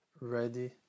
ready